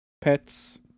pets